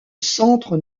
centre